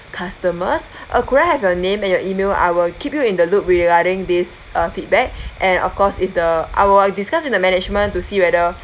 customers uh could I have your name and your email I will keep you in the loop regarding this uh feedback and of course if the I will discuss with the management to see whether